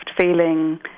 feeling